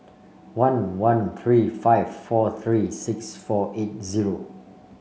one one three five four three six four eight zero